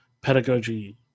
pedagogy